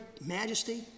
majesty